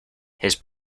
his